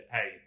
Hey